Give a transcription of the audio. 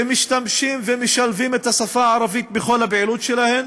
שמשתמשים ומשלבים את השפה הערבית בכל הפעילות שלהם,